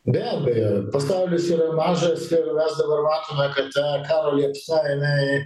be abejo pasaulis yra mažas ir mes dabar matome kad ta karo liepsna jinai